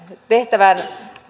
tehtävän